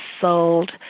sold